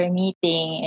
meeting